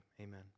Amen